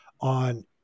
on